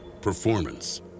Performance